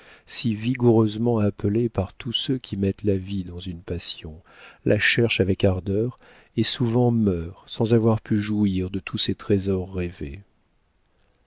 si vigoureusement appelé par tous ceux qui mettent la vie dans une passion la cherchent avec ardeur et souvent meurent sans avoir pu jouir de tous ces trésors rêvés